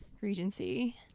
regency